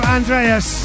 Andreas